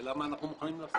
השאלה מה אנחנו מוכנים לעשות.